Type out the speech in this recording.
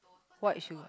white sugar